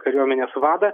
kariuomenės vadą